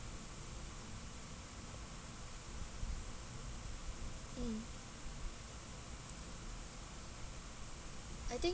mm I think